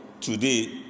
today